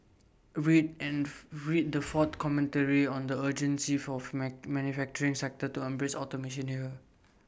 read and read the fourth commentary on the urgency forth met manufacturing sector to embrace automation here